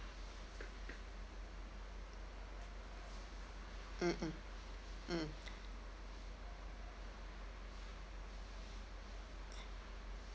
mm mm mm